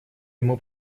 ему